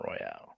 Royale